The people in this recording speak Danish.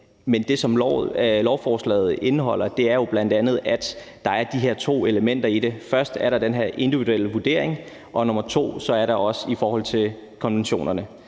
Men det, som lovforslaget indeholder, er jo bl.a. de her to elementer. Som det første er der den her individuelle vurdering, og som det andet er der også noget i forhold til konventionerne.